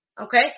Okay